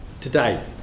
today